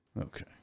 Okay